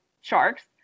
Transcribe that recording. sharks